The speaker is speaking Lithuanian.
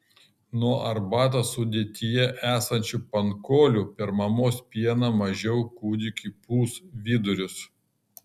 nuo arbatos sudėtyje esančių pankolių per mamos pieną mažiau kūdikiui pūs vidurius